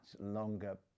longer